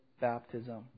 baptism